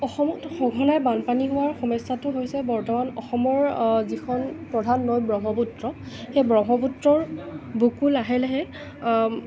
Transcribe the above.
অসমত সঘনাই বানপানী হোৱাৰ সমস্যাটো হৈছে বৰ্তমান অসমৰ যিখন প্ৰধান নৈ ব্ৰহ্মপুত্ৰ সেই ব্ৰহ্মপুত্ৰৰ বুকু লাহে লাহে